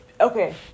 Okay